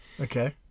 okay